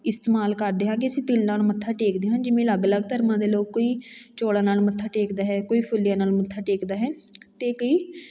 ਇਸਤੇਮਾਲ ਕਰਦੇ ਹਾਂ ਕਿ ਅਸੀਂ ਤਿਲ ਨਾਲ ਮੱਥਾ ਟੇਕਦੇ ਹਾਂ ਜਿਵੇਂ ਅਲੱਗ ਅਲੱਗ ਧਰਮਾਂ ਦੇ ਲੋਕ ਕੋਈ ਚੌਲਾਂ ਨਾਲ ਮੱਥਾ ਟੇਕਦਾ ਹੈ ਕੋਈ ਫੁੱਲੀਆਂ ਨਾਲ ਮੱਥਾ ਟੇਕਦਾ ਹੈ ਅਤੇ ਕਈ